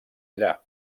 allà